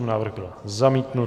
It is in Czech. Návrh byl zamítnut.